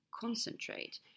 concentrate